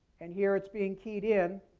and here, it's being keyed in.